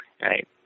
Right